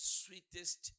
sweetest